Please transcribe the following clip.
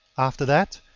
after that,